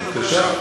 בבקשה.